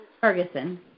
Ferguson